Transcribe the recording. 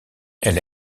elle